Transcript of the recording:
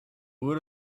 would